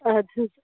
ادٕ حَظ